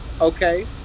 okay